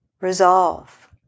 Resolve